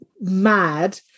mad